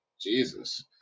Jesus